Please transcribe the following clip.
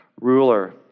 ruler